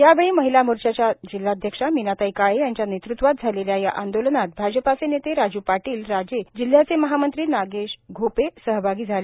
यावेळी महिला मोर्चच्या जिल्हाध्यक्षा मिनाताई काळे यांच्या नेतृत्वात झालेल्या या आंदोलनात भाजपाचे नेते राज् पाटील राजे जिल्ह्याचे महामंत्री नागेश घोपे सहभागी झाले